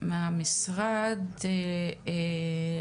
לי.